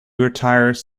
retires